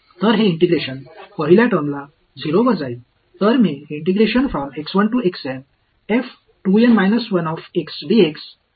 तर हे इंटिग्रेशन पहिल्या टर्मला 0 वर जाईल